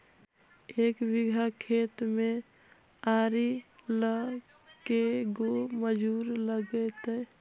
एक बिघा खेत में आरि ल के गो मजुर लगतै?